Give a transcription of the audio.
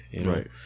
Right